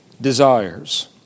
desires